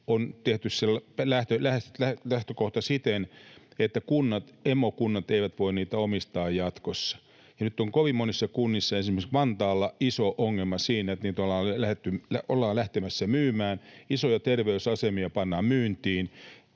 osalta lähtökohta on sellainen, että emokunnat eivät voi niitä omistaa jatkossa. Nyt on kovin monessa kunnassa, esimerkiksi Vantaalla, iso ongelma siinä, että niitä ollaan lähdössä myymään. Isoja terveysasemia pannaan myyntiin